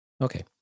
Okay